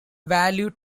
value